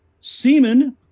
Semen